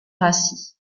rassis